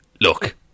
Look